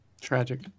Tragic